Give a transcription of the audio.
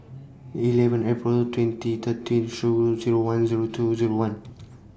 eleven April twenty thirty three Zero one Zero two Zero one